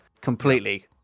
completely